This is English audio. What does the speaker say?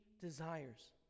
desires